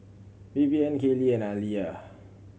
Vivian Kaylene and Aaliyah